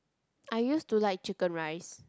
I used to like chicken rice